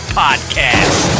podcast